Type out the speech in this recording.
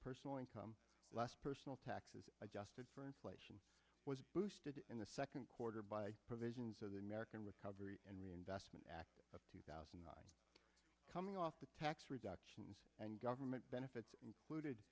personal income personal taxes adjusted for inflation was boosted in the second quarter by provisions of the american recovery and reinvestment act of two thousand coming off the tax reductions and government benefits included